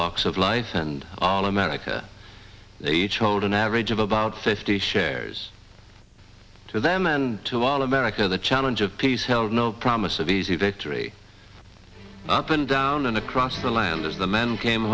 walks of life and all america age hold an average of about fifty shares to them and to all america the challenge of peace held no promise of easy victory up and down and across the land as the men came